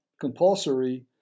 compulsory